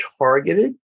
targeted